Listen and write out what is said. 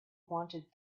wanted